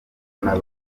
abafana